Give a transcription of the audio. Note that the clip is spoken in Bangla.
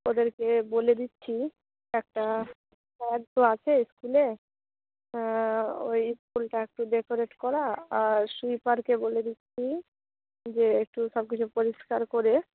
ওদেরকে বলে দিচ্ছি একটা প্ল্যান তো আছে স্কুলে ওই স্কুলটা একটু ডেকোরেট করা আর সুইপারকে বলে দিচ্ছি যে একটু সব কিছু পরিষ্কার করে